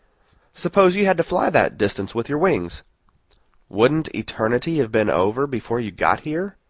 suppose you had to fly that distance with your wings wouldn't eternity have been over before you got here?